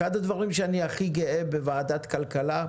אחד הדברים שאני הכי גאה בוועדת הכלכלה,